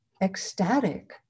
ecstatic